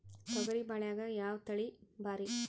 ತೊಗರಿ ಬ್ಯಾಳ್ಯಾಗ ಯಾವ ತಳಿ ಭಾರಿ?